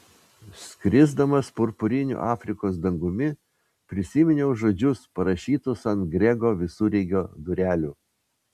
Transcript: skrisdamas purpuriniu afrikos dangumi prisiminiau žodžius parašytus ant grego visureigio durelių